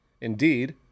Indeed